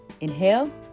Inhale